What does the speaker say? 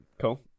Cool